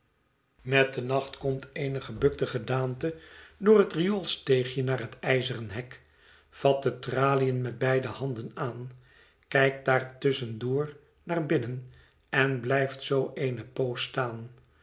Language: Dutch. met den nacht komt eene gebukte gedaante door het rioolsteegje naar het ijzeren hek vat de traliën met beide handen aan kijkt daar tusschen door naar binnen en blijft zoo eene poos staan